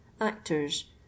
actors